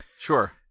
Sure